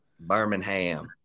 Birmingham